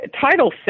Title